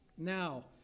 Now